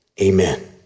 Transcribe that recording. Amen